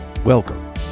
Welcome